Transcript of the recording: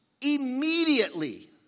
immediately